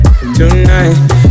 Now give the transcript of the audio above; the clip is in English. tonight